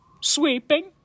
Sweeping